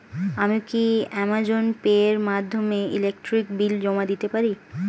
আমি কি Amazon pay এর মাধ্যমে ইলেকট্রিক বিল জমা দিতে পারি?